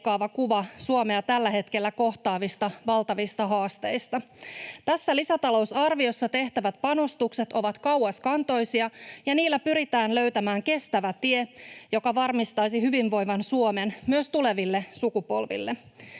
kuva Suomea tällä hetkellä kohtaavista valtavista haasteista. Tässä lisätalousarviossa tehtävät panostukset ovat kauaskantoisia, ja niillä pyritään löytämään kestävä tie, joka varmistaisi hyvinvoivan Suomen myös tuleville sukupolville.